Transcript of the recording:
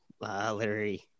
Larry